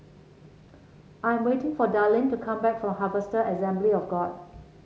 I am waiting for Darlyne to come back from Harvester Assembly of God